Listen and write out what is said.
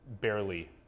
barely